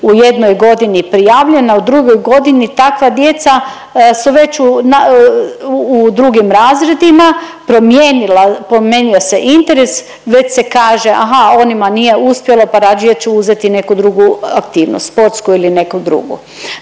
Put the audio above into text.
u jednoj godini prijavljena u drugoj godini takva djeca su već u drugim razredima, promijenila, promijenio se interes već se kaže aha onima nije uspjelo pa radije ću uzeti neku drugu aktivnost, sportsku ili neku drugu.